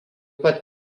pat